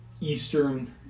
eastern